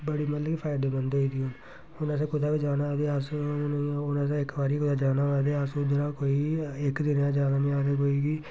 बड़ी मतलब कि फायदेमंद होई गेदी हून असें कुदै बी जाना होऐ ते अस हून हून असें इक बारी कुदै जाना होऐ ते अस उद्धर कोई इक दिनें नी ज्यादा केईं अस कोई कि